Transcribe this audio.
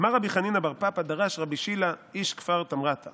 "אמר רבי חנינא בר פפא, דרש ר' שילא איש כפר תמרתא